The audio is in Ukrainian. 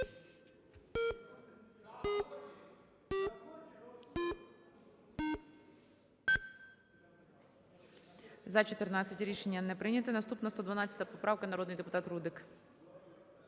За-14 Рішення не прийнято. Наступна 112 поправка. Народний депутат Рудик.